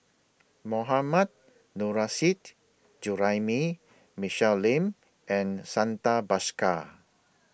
Mohammad Nurrasyid Juraimi Michelle Lim and Santha Bhaskar